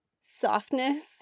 softness